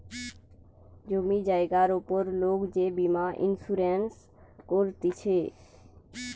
জমি জায়গার উপর লোক যে বীমা ইন্সুরেন্স করতিছে